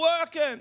working